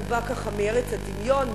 הוא בא מארץ הדמיון,